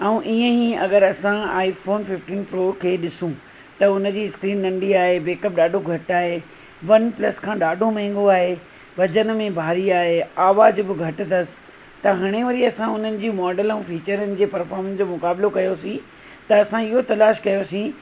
ऐं ईअं ई अगरि असां आई फ़ोन फ़िफ़्टीन प्रो खे ॾिसूं त उनजी स्क्रीन नंढी आहे बैक अप ॾाढो घटि आहे वन प्लस खां ॾाढो महांगो आहे वज़न में भारी आहे आवाज़ु बि घटि अथसि त हाणे वरी असां उन्हनि जूं मॉडल ऐं फ़ीचरनि जे परफ़ॉर्मेंस जो मुक़ाबलो कयोसीं त असां इहो तलाश कयोसीं